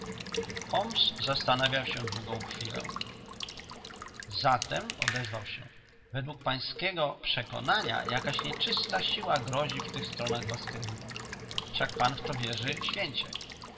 zastanawiał się długą chwilę zatem odezwał się według pańskiego przekonania jakaś siła nieczysta grozi w tych stronach baskervillom wszak pan w to wierzy